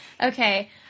Okay